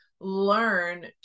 learn